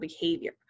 behavior